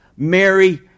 Mary